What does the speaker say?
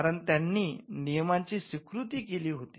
कारण त्यांनी नियमाची स्वीकृती केली होती